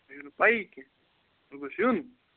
چھنہٕ پَیی کینٛہہ یور گوٚژھ یُن